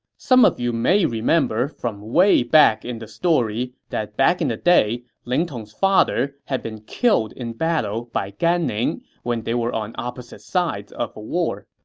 some of you may remember from way back in the story that back in the day, ling tong's father had been killed in battle by gan ning when they were on opposite sides of a war.